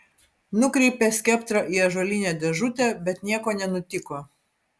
nukreipė skeptrą į ąžuolinę dėžutę bet nieko nenutiko